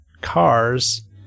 cars